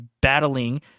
battling